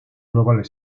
global